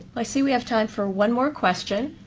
i see we have time for one more question,